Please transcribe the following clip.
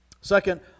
Second